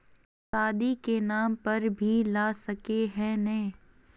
शादी के नाम पर भी ला सके है नय?